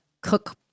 cook